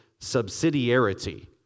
subsidiarity